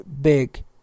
big